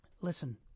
Listen